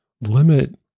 limit